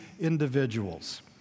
individuals